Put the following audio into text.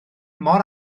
mor